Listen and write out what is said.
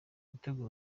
kugutera